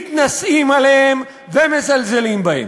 מתנשאים עליהם ומזלזלים בהם.